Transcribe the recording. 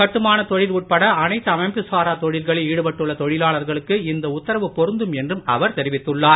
கட்டுமான தொழில் உட்பட அனைத்து அமைப்பு சாரா தொழில்களில் ஈடுபட்டுள்ள தொழிலாளர்களுக்கு இந்த உத்தரவு பொருந்தும் என்றும் அவர் தெரிவித்துள்ளார்